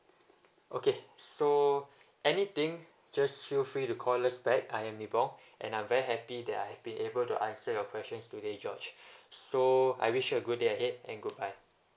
okay so anything just feel free to call us back I am nibong and I'm very happy that I have been able to answer your questions today george so I wish you a good day ahead and good bye